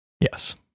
Yes